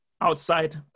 outside